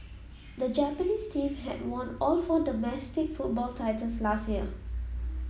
the Japanese team had won all four domestic football titles last year